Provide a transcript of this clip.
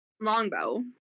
longbow